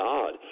God